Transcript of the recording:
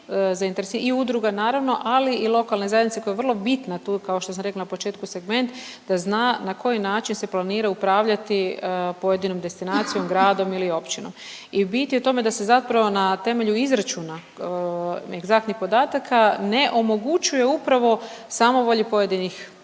i udruga, naravno, ali i lokalne zajednice koja je vrlo bitna tu kao što sam rekla na početku, segment, da zna na koji način se planira upravljati pojedinom destinacijom, gradom ili općinom i bit je u tome da se zapravo na temelju izračuna egzaktnih podataka ne omogućuje upravo samovolji pojedinih čelnika,